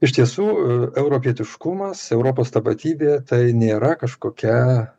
iš tiesų europietiškumas europos tapatybė tai nėra kažkokia